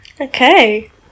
Okay